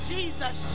Jesus